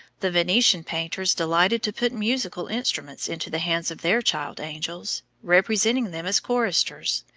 the venetian painters delighted to put musical instruments into the hands of their child-angels, representing them as choristers,